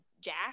Jack